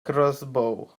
crossbow